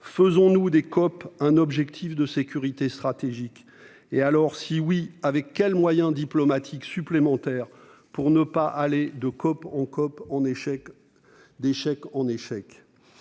Faisons-nous des COP un objectif de sécurité stratégique ? Le cas échéant, de quels moyens diplomatiques supplémentaires nous dotons-nous pour ne pas aller, de COP en COP, d'échec en échec ?